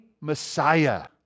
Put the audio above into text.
Messiah